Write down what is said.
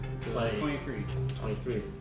23